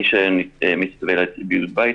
בידוד בית,